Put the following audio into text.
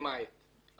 למעט ---".